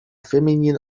feminine